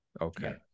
okay